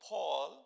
Paul